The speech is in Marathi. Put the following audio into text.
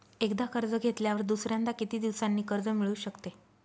एकदा कर्ज घेतल्यावर दुसऱ्यांदा किती दिवसांनी कर्ज मिळू शकते?